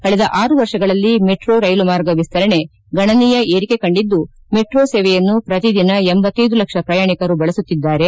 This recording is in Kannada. ಕಳೆದ ಆರು ವರ್ಷಗಳಲ್ಲಿ ಮೆಟ್ರೋ ರೈಲು ಮಾರ್ಗ ವಿಸ್ತರಣೆ ಗಣನೀಯ ಏರಿಕೆ ಕಂಡಿದ್ದು ಮೆಟ್ರೋ ಸೇವೆಯನ್ನು ಪ್ರತಿ ದಿನ ಲಕ್ಷ ಪ್ರಯಾಣಿಕರು ಬಳಸುತ್ತಿದ್ದಾರೆ